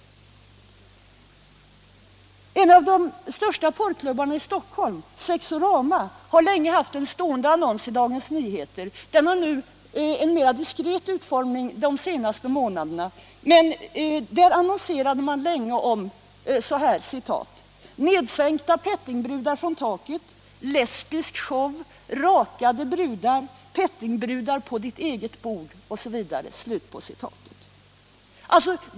str NN tone En av de största porrklubbarna i Stockholm, Sexorama, har länge haft — Kollektivanslutning en stående annons i bl.a. Dagens Nyheter — den har fått mera diskret = till politiskt parti, utformning under de senaste månaderna — där man länge annonserade m.m. om nedsänkta pettingbrudar från taket, lesbisk show, rakade brudar, pettingbrudar på ditt eget bord, osv.